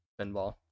Pinball